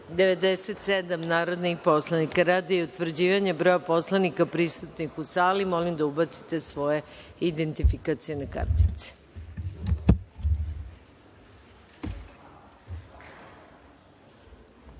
97 narodnih poslanika. Radi utvrđivanja broja poslanika prisutnih u sali, molim vas da ubacite svoje identifikacione kartice